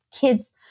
kids